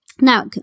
Now